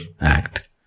act